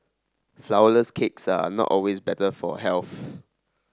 flourless cakes are not always better for health